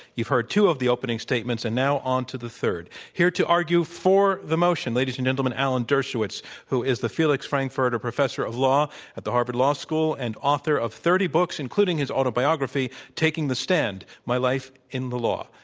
you've heard two of the opening statements and now onto the third. here to argue for the motion, ladies and gentlemen, alan dershowitz, who is the felix frankfurter professor of law at the harvard law school and author of thirty books, including his autobiography, taking the stand my life in the law.